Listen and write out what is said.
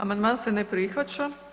Amandman se ne prihvaća.